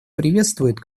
приветствует